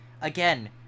again